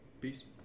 Peace